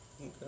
Okay